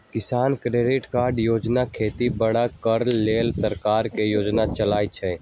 किसान credit card योजना खेती बाड़ी करे लेल सरकार के योजना चलै छै